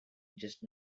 just